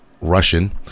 Russian